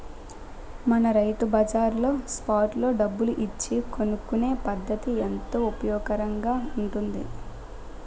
మన రైతు బజార్లో స్పాట్ లో డబ్బులు ఇచ్చి కొనుక్కునే పద్దతి ఎంతో ఉపయోగకరంగా ఉంటుంది